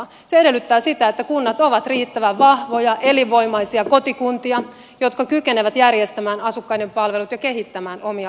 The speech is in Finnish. se edellyttää sitä että kunnat ovat riittävän vahvoja elinvoimaisia kotikuntia jotka kykenevät järjestämään asukkaiden palvelut ja kehittämään omia alueitaan